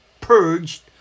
purged